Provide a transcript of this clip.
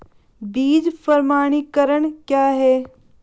बीज प्रमाणीकरण क्या है?